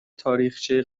تاریخچه